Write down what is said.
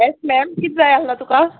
S ma'am कित जाय आसलो तुका